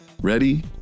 Ready